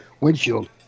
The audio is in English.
windshield